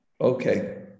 Okay